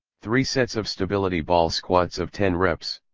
three sets of stability ball squats of ten reps.